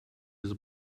his